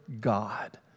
God